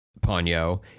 Ponyo